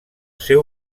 seu